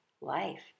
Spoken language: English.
life